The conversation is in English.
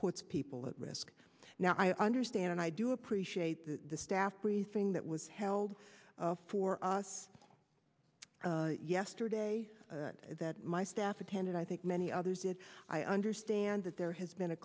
puts people at risk now i understand and i do appreciate the staff briefing that was held for us yesterday that my staff attended i think many others did i understand that there has been a